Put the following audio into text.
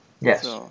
Yes